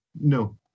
No